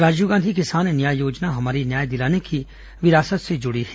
राजीव गांधी किसान न्याय योजना हमारी न्याय दिलाने की विरासत से जुड़ी है